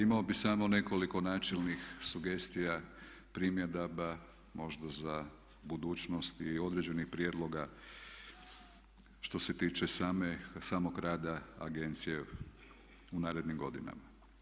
Imao bih samo nekoliko načelnik sugestija primjedaba možda za budućnost i određenih prijedloga što se tiče samog rada agencije u narednim godinama.